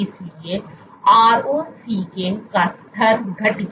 इसलिए ROCK का स्तर घट गया